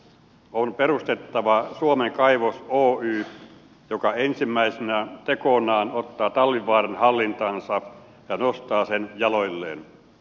on perustettava suomen kaivos oy joka ensimmäisenä tekonaan ottaa talvivaaran hallintaansa ja nostaa sen jaloilleen